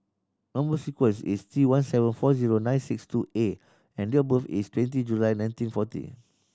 number sequence is T one seven four zero nine six two A and date of birth is twenty July nineteen forty